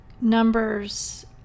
numbers